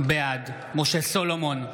בעד משה סולומון,